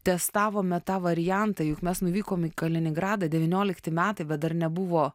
testavome tą variantą juk mes nuvykom į kaliningradą devyniolikti metai bet dar nebuvo